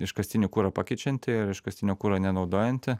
iškastinį kurą pakeičianti ir iškastinio kuro nenaudojanti